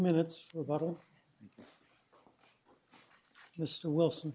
minutes or bottle mr wilson